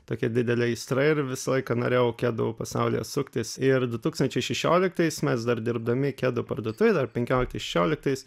tokia didelė aistra ir visą laiką norėjau kedų pasaulyje suktis ir du tūkstančiai šešioliktais mes dar dirbdami kedų parduotuvėj dar penkioliktais šešioliktais